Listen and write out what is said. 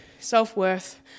self-worth